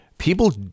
People